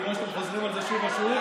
אני רואה שאתם חוזרים על זה שוב ושוב,